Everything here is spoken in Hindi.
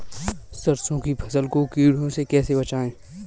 सरसों की फसल को कीड़ों से कैसे बचाएँ?